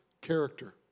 character